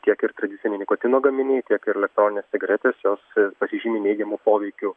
tiek ir tradiciniai nikotino gaminiai tiek ir elektroninės cigaretės jos pasižymi neigiamu poveikiu